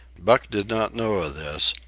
buck did not know of this,